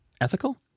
Ethical